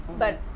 but.